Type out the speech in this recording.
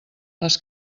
les